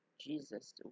Jesus